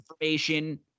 information